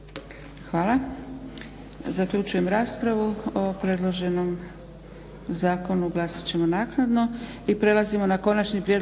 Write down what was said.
Hvala. Zaključujem raspravu o predloženom zakonu glasat ćemo naknadno. **Leko, Josip (SDP)** Konačni prijedlog